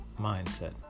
Mindset